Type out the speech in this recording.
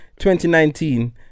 2019